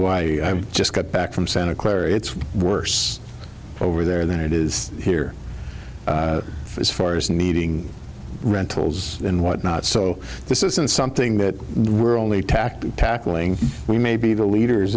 why i just got back from santa clara it's worse over there than it is here as far as needing rentals and whatnot so this isn't something that we're only tacked tackling we may be the leaders